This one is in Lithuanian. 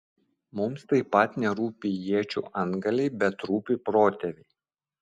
mums taip pat nerūpi iečių antgaliai bet rūpi protėviai